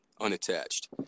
unattached